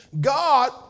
God